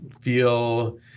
feel